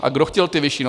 A kdo chtěl ty vyšší?